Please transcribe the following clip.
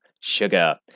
sugar